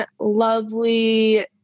lovely